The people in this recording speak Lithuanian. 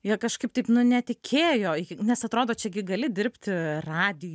ir kažkaip taip nu netikėjo nes atrodo čiagi gali dirbti radijuj